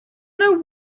know